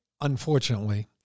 unfortunately